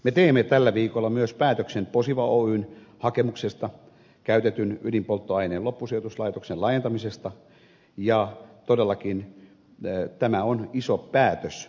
me teemme tällä viikolla myös päätöksen posiva oyn hakemuksesta käytetyn ydinpolttoaineen loppusijoituslaitoksen laajentamisesta ja todellakin tämä on iso päätös